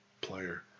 player